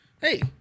Hey